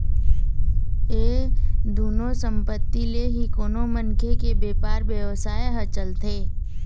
ये दुनो संपत्ति ले ही कोनो मनखे के बेपार बेवसाय ह चलथे